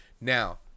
Now